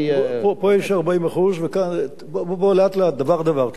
פה יש 40% וכאן, בואו, לאט-לאט, דבר-דבר.